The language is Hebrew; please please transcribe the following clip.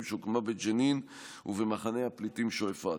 שהוקמה בג'נין ובמחנה הפליטים שועפאט.